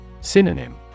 Synonym